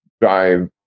drive